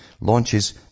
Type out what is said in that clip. launches